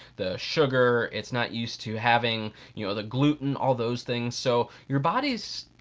the sugar, it's not used to having you know the gluten, all those things, so your body's,